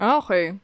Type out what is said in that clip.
okay